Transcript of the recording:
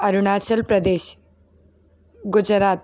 Arunachal Pradesh Gujarat